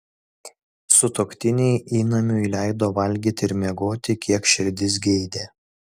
sutuoktiniai įnamiui leido valgyti ir miegoti kiek širdis geidė